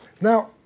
Now